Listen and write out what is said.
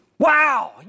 Wow